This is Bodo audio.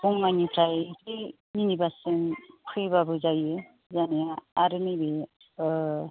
बङाइगावनिफ्राय एसे मिनि बास जों फैबाबो जायो जानाया आरो नैबे